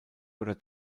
oder